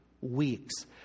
weeks